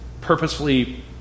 purposefully